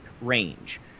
range